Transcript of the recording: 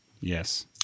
Yes